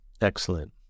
Excellent